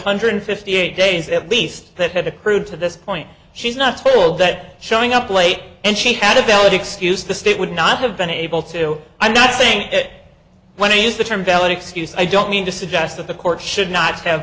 hundred fifty eight days at least that had accrued to this point she's not told that showing up late and she had a valid excuse the state would not have been able to i'm not saying that when i use the term valid excuse i don't mean to suggest that the court should not have